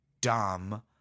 dumb